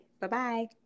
Bye-bye